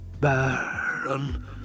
Baron